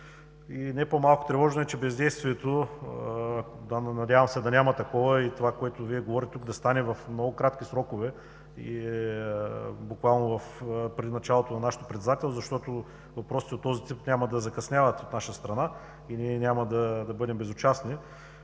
Не по-малко тревожно е, че бездействието, макар да се надявам да няма такова и това, за което говорите, да стане в много кратки срокове – буквално преди началото на нашето председателство, защото въпроси от този тип няма да закъсняват от наша страна и ние няма да бъдем безучастни,